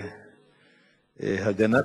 מבחינה בריאותית,